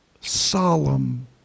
solemn